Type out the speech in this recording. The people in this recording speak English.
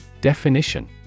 Definition